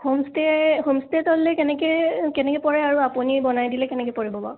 homestay homestay এটা ল'লে কেনেকৈ কেনেকৈ পৰে আৰু আপুনি বনাই দিলে কেনেকৈ পৰিব বাৰু